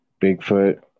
Bigfoot